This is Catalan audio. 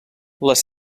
les